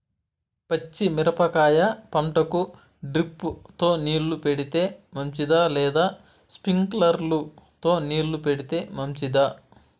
పచ్చి మిరపకాయ పంటకు డ్రిప్ తో నీళ్లు పెడితే మంచిదా లేదా స్ప్రింక్లర్లు తో నీళ్లు పెడితే మంచిదా?